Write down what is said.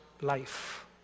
life